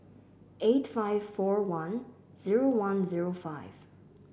eight five four one zero one zero five